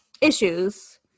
issues